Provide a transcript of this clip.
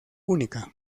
única